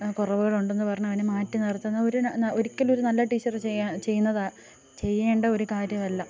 കുറവുകളുണ്ടെന്നു പറഞ്ഞവനെ മാറ്റി നിർത്തുന്ന ഒരു ഒരിക്കലും ഒരു നല്ല ടീച്ചർ ചെയ്യാൻ ചെയ്യുന്നതാ ചെയ്യേണ്ട ഒരു കാര്യമല്ല